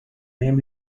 name